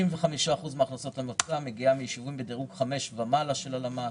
65% מהכנסות המועצה מגיעות מישובים בדירוג 5 ומעלה של הלמ"ס.